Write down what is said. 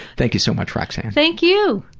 thank you so much roxanne. thank you!